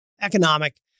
economic